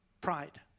pride